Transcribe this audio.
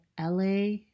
LA